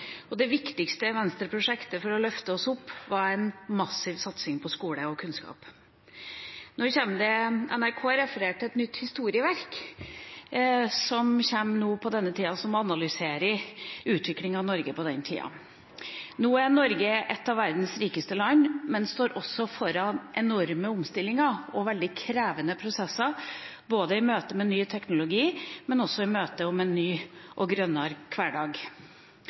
og det viktigste Venstre-prosjektet for å løfte oss opp var en massiv satsing på skole og kunnskap. NRK refererer til et nytt historieverk som kommer nå, som analyserer utviklingen av Norge på den tida. Nå er Norge et av verdens rikeste land, men står også foran enorme omstillinger og veldig krevende prosesser både i møte med ny teknologi og i møte med en ny og grønnere hverdag.